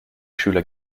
schüler